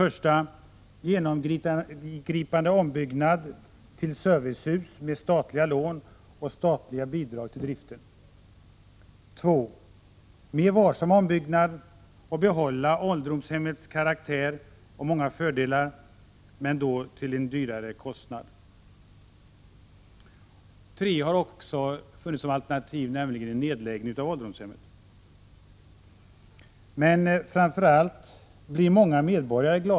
Mer varsam ombyggnad, som medför att man behåller ålderdomshemmens karaktär och fördelarna därmed men får större kostnader. Dagens beslut kommer att glädja många medborgare.